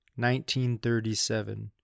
1937